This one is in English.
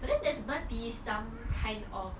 but then there's must be some kind of